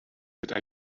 that